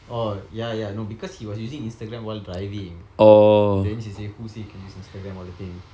oh ya ya no because he was using Instagram while driving then she say who say you can use Instagram all that thing